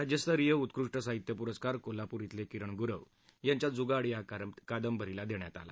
राज्यस्तरीय उत्कृष्ट साहित्य पुरस्कार कोल्हापूर इथले किरण गुरव यांच्या जुगाड या कादंबरीस देण्यात आला